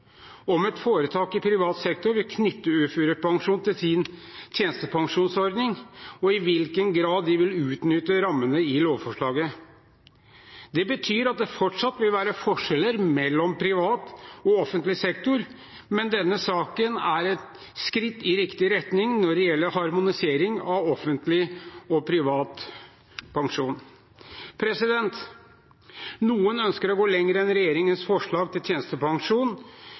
om et foretak i privat sektor vil knytte uførepensjonen til sin tjenestepensjonsordning, og i hvilken grad de vil utnytte rammene i lovforslaget. Det betyr at det fortsatt vil være forskjeller mellom privat og offentlig sektor, men denne saken er et skritt i riktig retning når det gjelder harmonisering av offentlig og privat pensjon. Noen ønsker å gå lenger enn regjeringens forslag til tjenestepensjon.